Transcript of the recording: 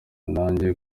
nanjye